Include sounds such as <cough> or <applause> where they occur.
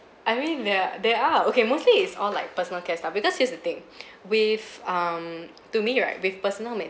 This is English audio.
I mean there're there are okay mostly it's all like personal cares lah because here's the thing <breath> with um to me right with personal maintenance